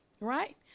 right